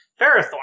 Ferrothorn